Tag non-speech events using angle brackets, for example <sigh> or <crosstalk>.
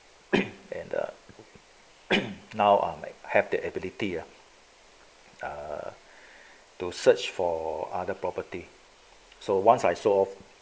<coughs> and the <coughs> now I'm like have the ability ah uh to search for other property so once I sort of